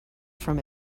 from